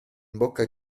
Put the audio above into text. bocca